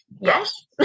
Yes